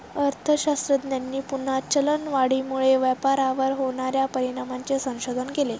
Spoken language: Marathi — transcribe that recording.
अर्थशास्त्रज्ञांनी पुन्हा चलनवाढीमुळे व्यापारावर होणार्या परिणामांचे संशोधन केले